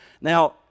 Now